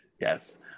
Yes